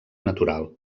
natural